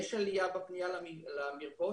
יש עלייה בפנייה למרפאות,